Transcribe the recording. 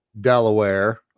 Delaware